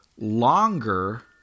longer